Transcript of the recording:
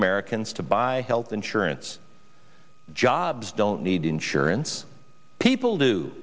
americans to buy health insurance jobs don't need insurance people do